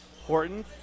Horton